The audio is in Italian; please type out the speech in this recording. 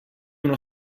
uno